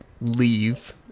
leave